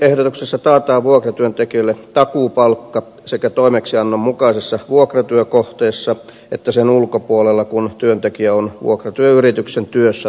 lakiehdotuksessa taataan vuokratyöntekijöille takuupalkka sekä toimeksiannon mukaisessa vuokratyökohteessa että sen ulkopuolella kun työntekijä on vuokratyöyrityksen työssä tai koulutuksessa